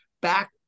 back